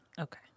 okay